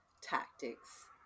tactics